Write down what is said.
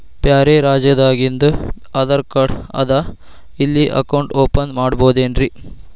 ಬ್ಯಾರೆ ರಾಜ್ಯಾದಾಗಿಂದು ಆಧಾರ್ ಕಾರ್ಡ್ ಅದಾ ಇಲ್ಲಿ ಅಕೌಂಟ್ ಓಪನ್ ಮಾಡಬೋದೇನ್ರಿ?